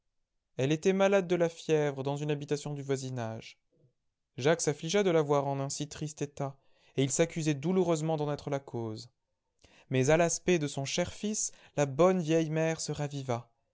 elle était malade de la fièvre dans une habitation du voisinage jacques s'affligea de la voir en un si triste état et il s'accusait douloureusement d'en être la cause mais à l'aspect de son cher fils la bonne vieille mère se raviva